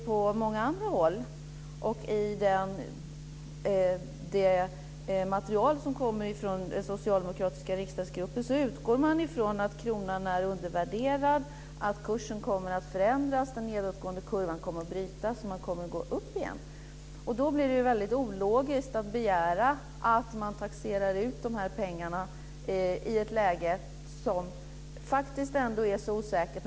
På många andra håll och i det material som kommer från den socialdemokratiska riksdagsgruppen utgår man ifrån att kronan är undervärderad, att kursen kommer att förändras, att den nedåtgående kurvan kommer att brytas och att den kommer att gå upp igen. Det är ologiskt att begära att man taxerar ut pengarna i ett läge som är så osäkert.